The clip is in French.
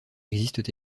existent